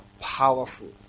powerful